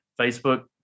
Facebook